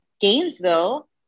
Gainesville